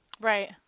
right